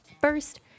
First